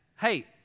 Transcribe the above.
hey